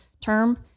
term